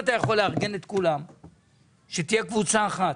לארגן את כולם, שתהיה קבוצה אחת